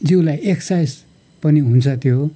जिउलाई एक्सर्साइज पनि हुन्छ त्यो